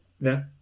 No